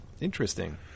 interesting